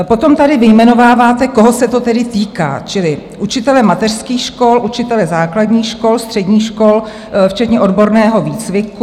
Potom tady vyjmenováváte, koho se to tedy týká, čili učitelé mateřských škol, učitelé základních škol, středních škol včetně odborného výcviku.